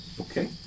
Okay